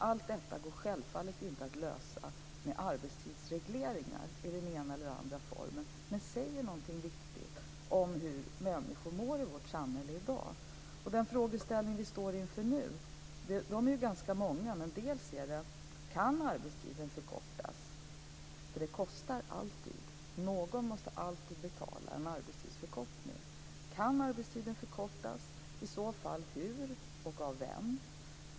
Allt detta går det självfallet inte att lösa med arbetstidsregleringar i den ena eller den andra formen men det säger någonting viktigt om hur människor i vårt samhälle i dag mår. De frågeställningar som vi nu står inför är ganska många. För det första: Kan arbetstiden förkortas? Det kostar ju alltid. Någon måste alltid betala en arbetstidsförkortning. För det andra: Kan arbetstiden förkortas? Hur och av vem i så fall?